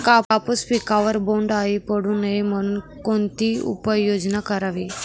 कापूस पिकावर बोंडअळी पडू नये म्हणून कोणती उपाययोजना करावी?